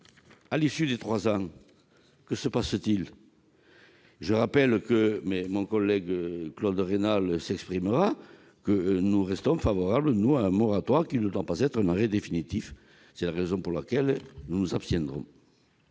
délai de trois ans, que se passera-t-il ? Je rappelle, et mon collègue Claude Raynal s'exprimera sur ce point, que nous restons favorables à un moratoire qui ne doit pas être un arrêt définitif. C'est la raison pour laquelle nous nous abstiendrons